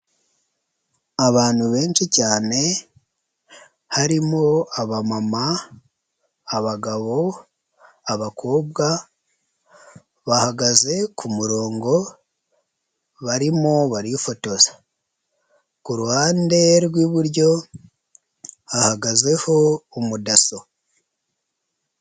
Abantu benshi cyane, harimo abamama, abagabo, abakobwa, bahagaze ku murongo, barimo barifotoza. Ku ruhande rw'iburyo hahagazeho umudaso.